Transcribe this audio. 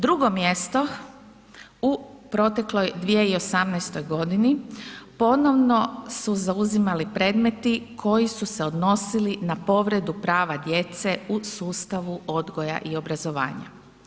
Drugo mjesto u protekloj 2018. g. ponovno su zauzimali predmeti koji su se odnosili na povredu prava djece u sustavu odgoja i obrazovanja.